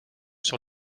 sur